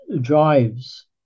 drives